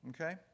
Okay